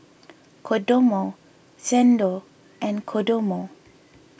Kodomo Xndo and Kodomo